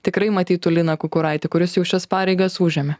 tikrai matytų liną kukuraitį kuris jau šias pareigas užėmė